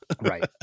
right